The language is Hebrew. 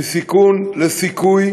מסיכון לסיכוי.